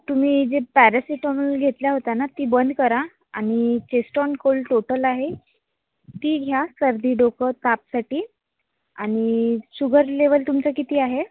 तुम्ही जे पॅरासिटामोल घेतल्या होत्या ना ती बंद करा आणि चेस्टोन कोल्ड टोटल आहे ती घ्या सर्दी डोकं तापासाठी आणि शुगर लेवल तुमचं किती आहे